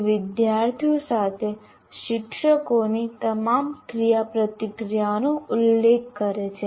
તે વિદ્યાર્થીઓ સાથે શિક્ષકોની તમામ ક્રિયાપ્રતિક્રિયાઓનો ઉલ્લેખ કરે છે